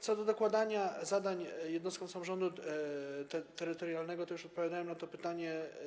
Co do dokładania zadań jednostkom samorządu terytorialnego to już odpowiadałem na to pytanie.